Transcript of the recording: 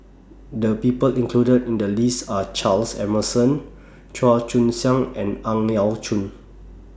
The People included in The list Are Charles Emmerson Chua Joon Siang and Ang Yau Choon